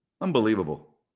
unbelievable